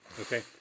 Okay